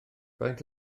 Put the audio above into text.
faint